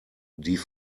die